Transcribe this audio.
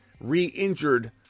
re-injured